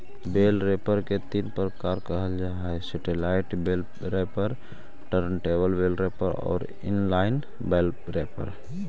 बेल wrapper के तीन प्रकार कहल जा हई satellite bale wrapper, turntable bale wrapper आउ इन लाइन बेल रैपर